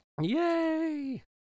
Yay